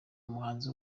umuhanzi